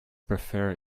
prefer